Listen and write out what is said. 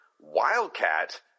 Wildcat